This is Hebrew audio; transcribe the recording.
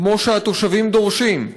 כמו שהתושבים דורשים,